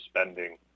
spending